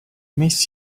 miss